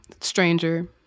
stranger